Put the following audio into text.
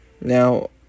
Now